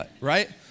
Right